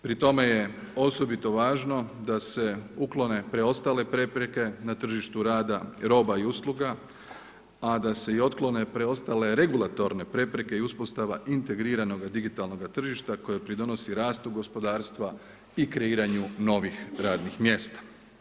Pri tome je osobito važno da se uklone ostale prepreke na tržištu rada, roba i usluga, a da se i otklone preostale regulatorne prepreke i uspostava integriranog digitalnoga tržišta koji pridonosi rastu gospodarstva i kreiranju novih radnih mjesta.